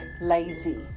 lazy